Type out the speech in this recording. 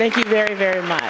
thank you very very m